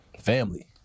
family